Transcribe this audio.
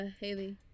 Haley